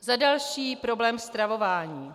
Za další problém stravování.